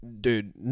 Dude